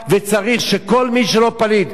וזה ברור: מי ששומע,